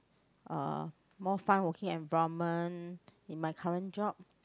uh more fun working environment in my current job